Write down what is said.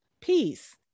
peace